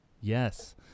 Yes